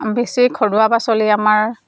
বেছি ঘৰুৱা পাচলি আমাৰ